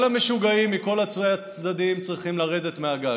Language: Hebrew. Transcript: כל המשוגעים מכל הצדדים צריכים לרדת מהגג.